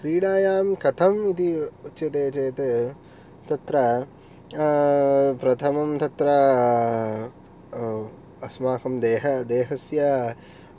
क्रीडायाम् कथम् इति उच्यते चेत् तत्र प्रथमं तत्र अस्माकं देहस्य